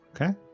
Okay